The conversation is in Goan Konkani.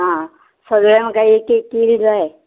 आं सगळें म्हाका एक एक कील जाय